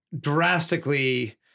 drastically